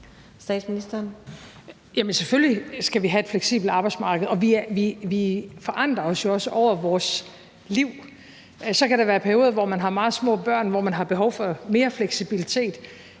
Jamen selvfølgelig skal vi have et fleksibelt arbejdsmarked, og vi forandrer os jo også i løbet af vores liv. Så kan der være perioder, hvor man har meget små børn, og hvor man har behov for mere fleksibilitet.